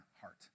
heart